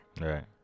right